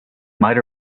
might